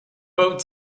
boat